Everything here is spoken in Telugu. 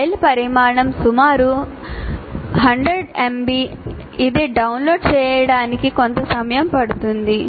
ఫైల్ పరిమాణం సుమారు 100 MB ఇది డౌన్లోడ్ చేయడానికి కొంత సమయం పడుతుంది